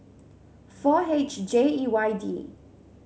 four H J E Y D